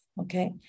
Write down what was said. Okay